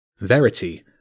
Verity